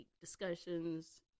discussions